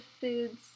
foods